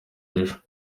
ejo